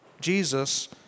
Jesus